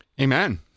Amen